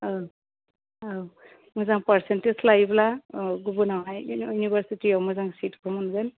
औ औ मोजां पारसेन्टेज लायोब्ला औ गुबुनावहाय देनां इउनिभारसिटियाव मोजां सिटखौ मोनगोन